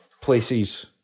places